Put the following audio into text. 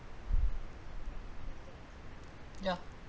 ya